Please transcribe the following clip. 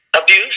abuse